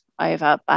over